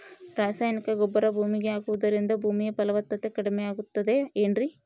ರಾಸಾಯನಿಕ ಗೊಬ್ಬರ ಭೂಮಿಗೆ ಹಾಕುವುದರಿಂದ ಭೂಮಿಯ ಫಲವತ್ತತೆ ಕಡಿಮೆಯಾಗುತ್ತದೆ ಏನ್ರಿ?